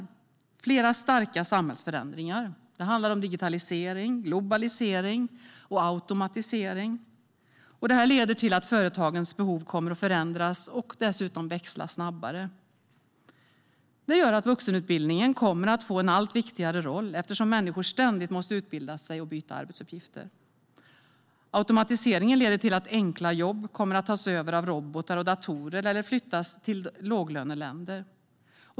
Det handlar om flera starka samhällsförändringar. Det handlar om digitaliseringen, globaliseringen och automatiseringen. De leder till att företagens behov kommer att förändras och dessutom växla snabbare. Vuxenutbildningen kommer att få en allt viktigare roll eftersom människor ständigt måste utbilda sig och byta arbetsuppgifter. Automatiseringen leder till att enkla jobb kommer att tas över av robotar och datorer eller flyttas till låglöneländer.